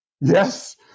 Yes